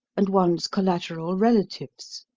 and one's collateral relatives.